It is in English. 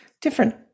different